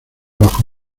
bajo